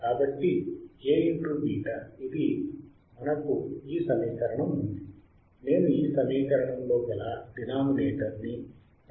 కాబట్టి Aβ ఇది మనకు ఈ సమీకరణం ఉంది నేను ఈ సమీకరణం లో గల డినామినేటర్ ని రేషనలైజ్ చేయాలి